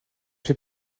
fait